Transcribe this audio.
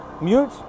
mute